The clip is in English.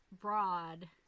broad